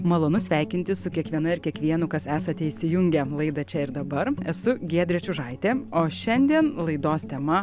malonu sveikintis su kiekviena ir kiekvienu kas esate įsijungę laidą čia ir dabar esu giedrė čiužaitė o šiandien laidos tema